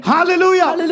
Hallelujah